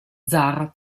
zara